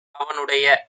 அவனுடைய